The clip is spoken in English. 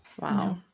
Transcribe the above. Wow